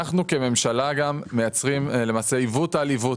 כממשלה גם, מייצרים, למעשה, עיוות על עיוות.